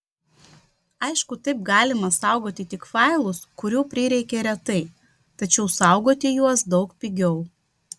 aišku taip galima saugoti tik failus kurių prireikia retai tačiau saugoti juos daug pigiau